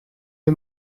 les